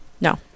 No